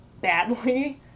badly